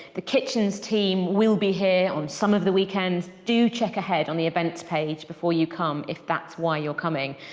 the kitchens team will be here on some of the weekends. do check ahead on the events page before you come if that's why you're coming.